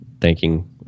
thanking